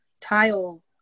tile